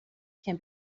can